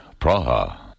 Praha